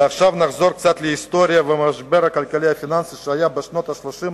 ועכשיו נחזור קצת להיסטוריה ולמשבר הכלכלי הפיננסי שהיה בשנות ה-30,